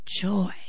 joy